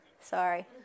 Sorry